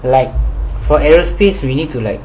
like for aerospace you need to like